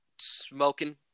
smoking